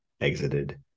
exited